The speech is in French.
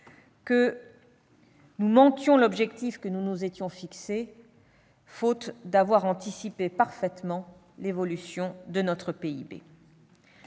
que nous manquions l'objectif que nous nous étions fixé, faute d'avoir anticipé parfaitement l'évolution de notre PIB.